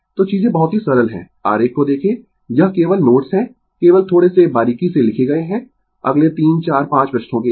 तो चीजें बहुत ही सरल है आरेख को देखें यह केवल नोट्स है केवल थोड़े से बारीकी से लिखे गए है अगले 3 4 5 पृष्ठों के लिए